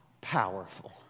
powerful